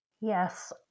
Yes